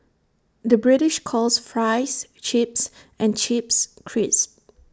the British calls Fries Chips and Chips Crisps